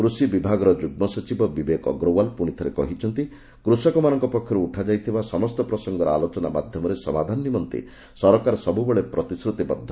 କୃଷି ବିଭାଗର ଯୁଗ୍ମ ସଚିବ ବିବେକ ଅଗ୍ରୱାଲ୍ ପୁଣି ଥରେ କହିଛନ୍ତି କୃଷକମାନଙ୍କ ପକ୍ଷରୁ ଉଠାଯାଇଥିବା ସମସ୍ତ ପ୍ରସଙ୍ଗର ଆଲୋଚନା ମାଧ୍ୟମରେ ସମାଧାନ ନିମନ୍ତେ ସରକାର ସବୁବେଳେ ପ୍ରତିଶ୍ରତିବଦ୍ଧ